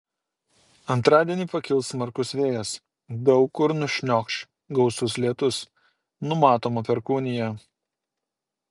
antradienį pakils smarkus vėjas daug kur nušniokš gausus lietus numatoma perkūnija